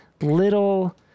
little